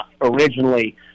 originally